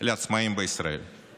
לעצמאים בישראל בתקופה הקשה הזאת.